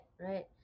right